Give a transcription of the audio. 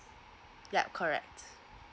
yup correct